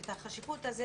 ואת החשיבות הזו,